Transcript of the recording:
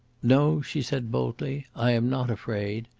no, she said boldly i am not afraid,